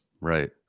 Right